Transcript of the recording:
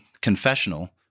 confessional